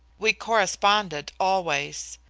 we corresponded always.